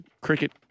cricket